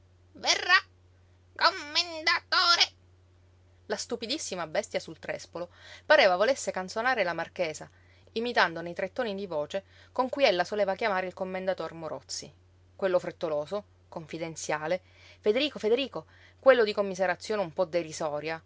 com-men-da-to-re la stupidissima bestia sul trespolo pareva volesse canzonare la marchesa imitandone i tre toni di voce con cui ella soleva chiamare il commendator morozzi quello frettoloso confidenziale federico federico quello di commiserazione un po derisoria